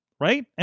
right